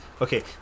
okay